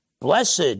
Blessed